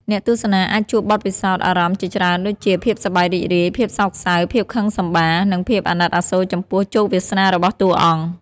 អ្នកទស្សនាអាចជួបបទពិសោធន៍អារម្មណ៍ជាច្រើនដូចជា ភាពសប្បាយរីករាយ ភាពសោកសៅ ភាពខឹងសម្បារ និងភាពអាណិតអាសូរចំពោះជោគវាសនារបស់តួអង្គ។